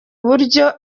buryo